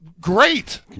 Great